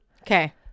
Okay